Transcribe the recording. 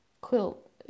Quilt